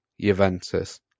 Juventus